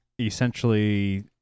essentially